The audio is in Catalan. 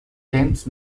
temps